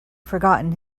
forgotten